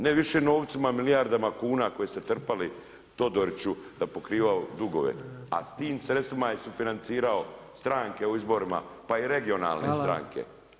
Ne više novcima, milijardama kuna koje ste trpali Todoriću da je pokrivao dugove a s tim sredstvima je sufinancirao stranke u izborima pa i regionalne stranke.